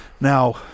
Now